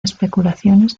especulaciones